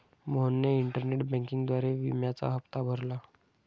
मोहनने इंटरनेट बँकिंगद्वारे विम्याचा हप्ता भरला